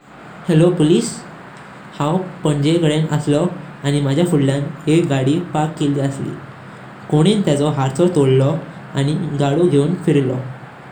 Hello police, हांव पणजीकां आसलो आनी माझा फुडल्यान एक गाडी पार्क केली आस्ली। कोणीन तेचो हर्सो तोडलो आनी गाडी घेऊन फिरलो।